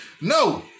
No